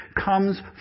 comes